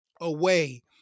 away